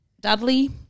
Dudley